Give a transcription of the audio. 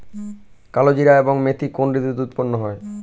কালোজিরা এবং মেথি কোন ঋতুতে উৎপন্ন হয়?